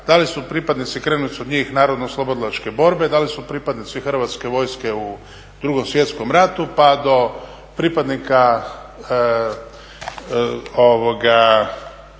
da li su pripadnici, … naravno oslobodilačke borbe, da li su pripadnici Hrvatske vojske u II. svjetskom ratu pa do pripadnika